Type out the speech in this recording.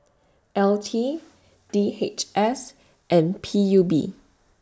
L T D H S and P U B